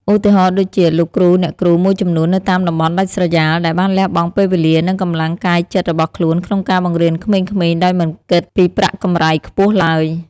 ឧទាហរណ៍ដូចជា លោកគ្រូអ្នកគ្រូមួយចំនួននៅតាមតំបន់ដាច់ស្រយាល ដែលបានលះបង់ពេលវេលា និងកម្លាំងកាយចិត្តរបស់ខ្លួនក្នុងការបង្រៀនក្មេងៗដោយមិនគិតពីប្រាក់កម្រៃខ្ពស់ឡើយ។